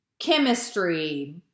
chemistry